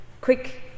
quick